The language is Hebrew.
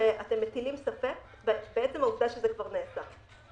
שאתם מטילים ספק בעצם העובדה שזה כבר נעשה.